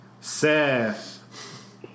Seth